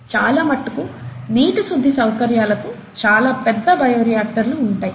చాలా మట్టుకు నీటి శుద్ధి సౌకర్యాలకు చాలా పెద్ద బయో రియాక్టర్లు ఉంటాయి